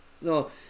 No